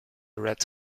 red